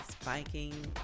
spiking